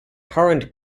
current